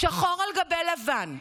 שחור על גבי לבן,